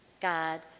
God